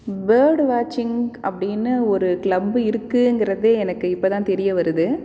bird வாட்ச்சிங் அப்படினு ஒரு கிளப் இருக்குங்கிறதே எனக்கு இப்போ தான் தெரியவருது